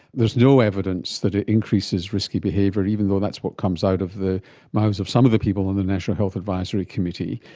there is no evidence that it increases risky behaviour, even though that's what comes out of the mouths of some of the people on the national health advisory committee.